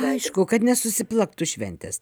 aišku kad nesusiplaktų šventės